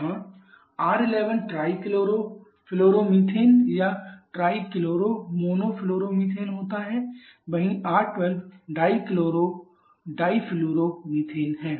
जहां R11 trichlorofluoromethane या trichloromonofluoromethane होता है वहीं R12 dichlorodifluoro methane है